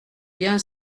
bien